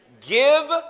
Give